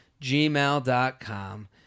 gmail.com